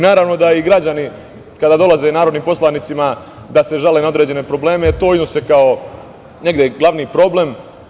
Naravno da i građani kada dolaze narodnim poslanicima da se žale na određene probleme to iznose kao glavni problem.